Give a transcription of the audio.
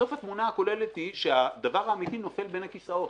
בסוף התמונה הכוללת היא שהדבר האמתי נופל בין הכיסאות,